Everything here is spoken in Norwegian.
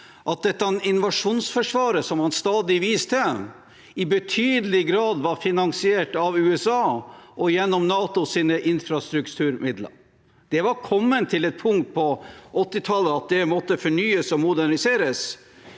at dette invasjonsforsvaret som han stadig viser til, i betydelig grad var finansiert av USA og gjennom NATOs infrastrukturmidler. Det var kommet til et punkt på 1980tallet at det måtte fornyes og moderniseres.